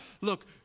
Look